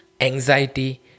anxiety